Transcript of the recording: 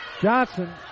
Johnson